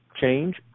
change